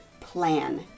plan